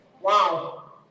Wow